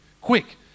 quick